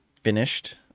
finished